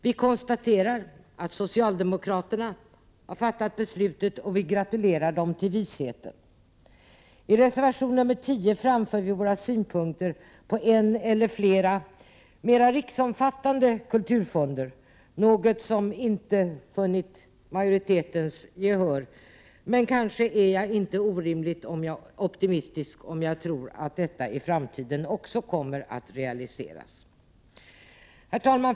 Vi konstaterar att socialdemokraterna har fattat beslutet, och vi gratulerar dem till visheten. I reservation nr 10 framför vi våra synpunkter på en eller flera mera riksomfattande kulturfonder, något som inte funnit majoritetens gehör. Jag är kanske inte orimligt optimistisk om jag tror att detta också kommer att realiseras i framtiden. Herr talman!